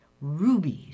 rubies